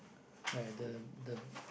alright the the